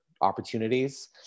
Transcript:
opportunities